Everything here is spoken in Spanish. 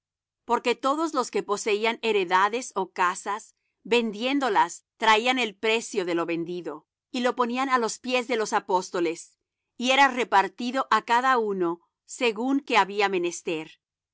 porque todos los que poseían heredades ó casas vendiéndolas traían el precio de lo vendido y lo ponían á los pies de los apóstoles y era repartido á cada uno según que había menester